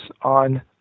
on